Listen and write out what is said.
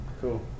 Cool